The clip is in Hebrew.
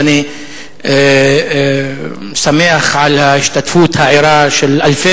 ואני שמח על ההשתתפות הערה של אלפי